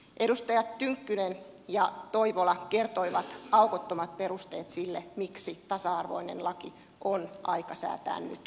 edustajat tynkkynen ja toivola kertoivat aukottomat perusteet sille miksi tasa arvoinen laki on aika säätää nyt